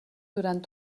durant